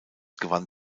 gewann